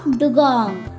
dugong